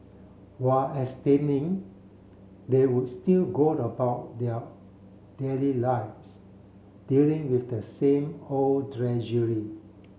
while abstaining they would still go about their daily lives dealing with the same old drudgery